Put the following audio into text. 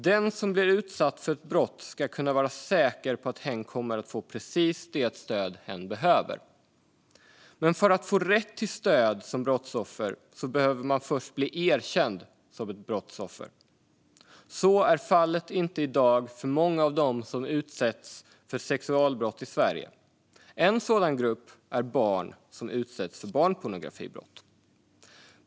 Den som blir utsatt för ett brott ska kunna vara säker på att hen kommer att få precis det stöd som hen behöver. Men för att få rätt till stöd som brottsoffer behöver man först bli erkänd som ett brottsoffer. Så är inte fallet i dag för många av dem som utsätts för sexualbrott i Sverige. En sådan grupp är barn som utsätts för barnpornografibrott.